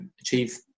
achieve